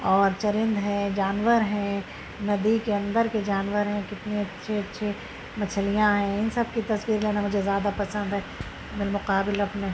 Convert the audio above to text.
اور چرند ہیں جانور ہیں ندی کے اندر کے جانور ہیں کتنے اچّھے اچّھے مچھلیاں ہیں ان سب کی تصویر لینا مجھے زیادہ پسند ہے بالمقابل اپنے